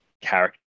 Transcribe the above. character